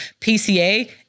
PCA